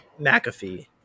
McAfee